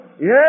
Yes